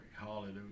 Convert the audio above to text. Hallelujah